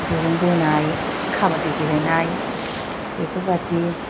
दुरुं बोनाय काबाद्दि गेलेनाय बेफोर बादि